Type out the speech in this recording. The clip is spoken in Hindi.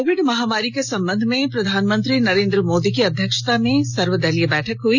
कोविड महामारी के संबंध में प्रधानमंत्री नरेन्द्र मोदी की अध्यक्षता में सर्वदलीय बैठक हई